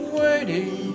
waiting